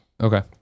Okay